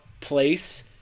place